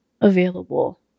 available